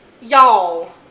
Y'all